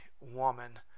woman